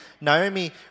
Naomi